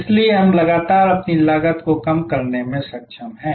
इसलिए हम लगातार अपनी लागत को कम करने में सक्षम हैं